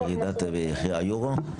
מחירי התרופות ירדו בעקבות ירידת היורו?